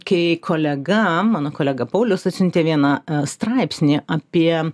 kai kolega mano kolega paulius atsiuntė vieną straipsnį apie